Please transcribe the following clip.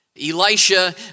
Elisha